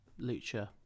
Lucha